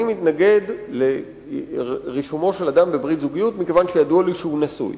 אני מתנגד לרישומו של אדם בברית זוגיות מכיוון שידוע לי שהוא נשוי.